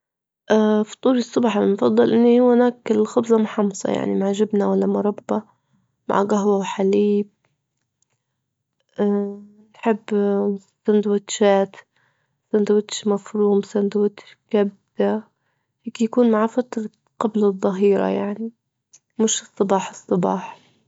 فطوري الصبح المفضل إن هو نأكل خبزة محمصة يعني مع جبنة ولا مربى، مع جهوة وحليب نحب السندوتشات، سندوتش مفروم، سندوتش كبدة، هيك يكون مع فترة قبل الظهيرة يعني، مش الصباح- الصباح.